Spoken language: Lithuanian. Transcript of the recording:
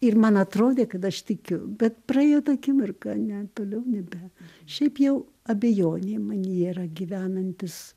ir man atrodė kad aš tikiu bet praėjo ta akimirka ne toliau nebe šiaip jau abejonė manyje yra gyvenantis